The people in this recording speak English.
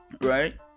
right